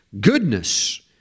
goodness